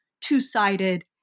two-sided